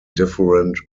different